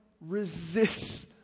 resists